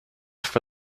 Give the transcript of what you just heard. for